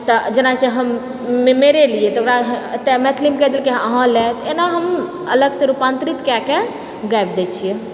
तऽ जेना छै हम मेरे लिए तऽ ओकरा हम एकटा मैथिलीमे कहि देलकै अहाँ लए तऽ एना हमहूँ अलगसँ रूपांतरित कए कऽ गाबि दए छियै